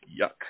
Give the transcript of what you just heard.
Yuck